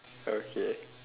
okay